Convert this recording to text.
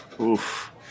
Oof